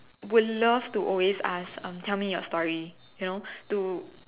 would love to always ask um tell me your story you know to